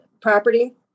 property